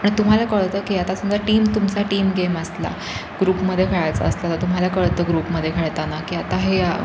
आणि तुम्हाला कळतं की आता समजा टीम तुमचा टीम गेम असला ग्रुपमध्ये खेळायचा असला तर तुम्हाला कळतं ग्रुपमध्ये खेळताना की आता हे